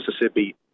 Mississippi